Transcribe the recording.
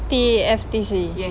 T_F_T_C